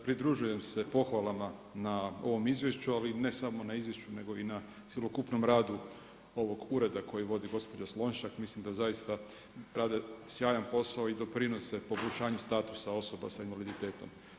Pridružujem se pohvalama na ovom izvješću ali ne samo na izvješću nego i na cjelokupnom radu ovog ureda koji vodi gospođa Slonjšak, mislim da zaista rade sjajan posao i doprinose poboljšanju statusa osoba sa invaliditetom.